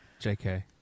jk